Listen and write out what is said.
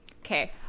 Okay